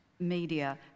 media